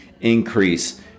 increase